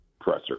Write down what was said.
presser